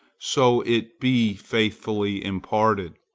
so it be faithfully imparted,